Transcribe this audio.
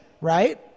right